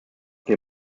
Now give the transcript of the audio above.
den